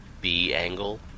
B-angle